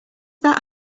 that